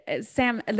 Sam